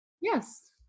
Yes